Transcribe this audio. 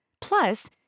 Plus